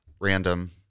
random